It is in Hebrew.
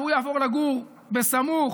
והוא יעבור לגור סמוך,